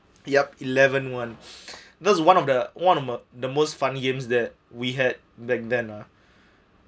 yup eleven one that is one of the one of the most fun games that we had back then lah